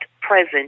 present